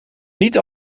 niet